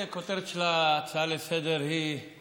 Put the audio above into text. הכותרת של ההצעה לסדר-היום היא: